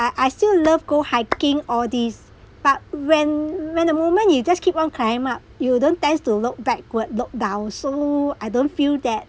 I I still love go hiking all this but when when the moment you just keep on climb up you don't tends to look backward look down so I don't feel that